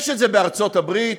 בארצות-הברית,